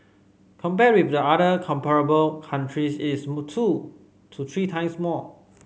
compared with the other comparable countries it is two to three times more